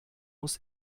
muss